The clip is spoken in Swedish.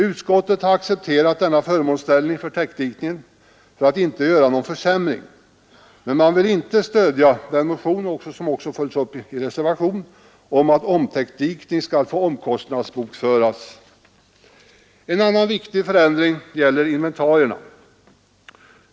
Utskottet har accepterat denna förmånsställning för täckdikningen för att inte åstadkomma någon försämring, men man vill inte stödja den motion — som också följs upp i en reservation — som kräver att omtäckdikning skall få omkostnadsbokföras. En annan viktig förändring gäller inventarierna.